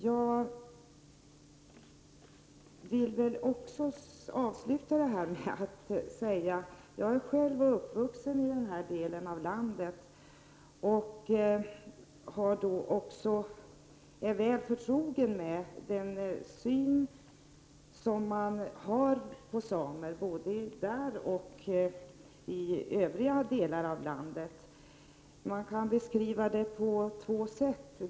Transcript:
Jag vill avsluta mitt inlägg med att säga att jag själv är uppvuxen i den här delen av landet och är väl förtrogen med den syn som man har på samer både här och i övriga delar av landet. Denna syn på samerna kan beskrivas på två sätt.